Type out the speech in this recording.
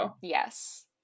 Yes